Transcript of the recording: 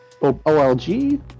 olg